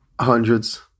Hundreds